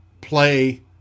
play